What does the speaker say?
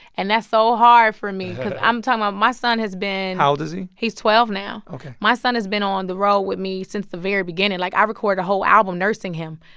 and that's so hard for me cause i'm talking about, my son has been. how old is he? he's twelve now ok my son has been on the road with me since the very beginning. like, i recorded a whole album nursing him,